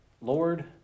Lord